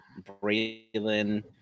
Braylon